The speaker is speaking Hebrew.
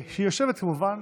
שהיא יושבת כמובן